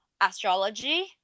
astrology